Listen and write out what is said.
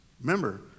Remember